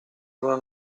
luna